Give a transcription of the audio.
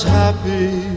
happy